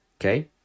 okay